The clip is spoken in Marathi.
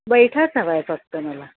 बैठाच हवा आहे फक्त मला